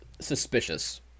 suspicious